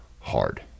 hard